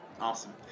Awesome